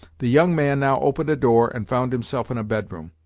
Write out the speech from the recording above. the young man now opened a door, and found himself in a bedroom.